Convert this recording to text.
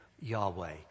Yahweh